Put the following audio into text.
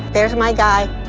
there's my guy.